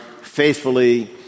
faithfully